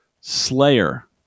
slayer